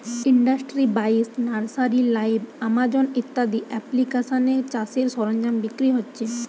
industry বাইশ, nursery live, Amazon ইত্যাদি এপ্লিকেশানে চাষের সরঞ্জাম বিক্রি হচ্ছে